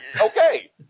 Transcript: okay